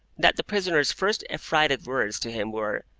that the prisoner's first affrighted words to him were,